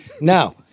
Now